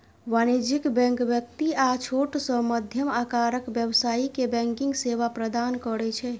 वाणिज्यिक बैंक व्यक्ति आ छोट सं मध्यम आकारक व्यवसायी कें बैंकिंग सेवा प्रदान करै छै